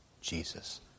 Jesus